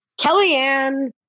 Kellyanne